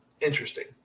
interesting